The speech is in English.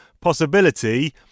possibility